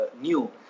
new